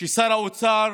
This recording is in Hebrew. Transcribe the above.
ששר האוצר